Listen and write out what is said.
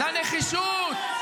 לנחישות,